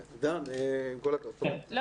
זה